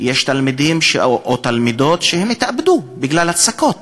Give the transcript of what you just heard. יש תלמידים ותלמידות שהתאבדו בגלל הצקות